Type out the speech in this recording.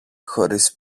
χωρίς